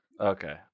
Okay